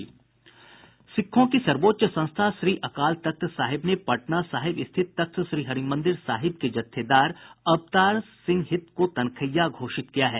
सिखों की सर्वोच्च संस्था श्री अकाल तख्त साहिब ने पटना साहिब स्थित तख्त श्री हरिमंदिर साहिब के जत्थेदार अवतार सिंह हित को तनखैया घोषित किया है